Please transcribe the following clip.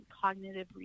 cognitive